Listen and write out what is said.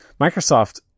Microsoft